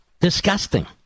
Disgusting